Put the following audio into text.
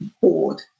bored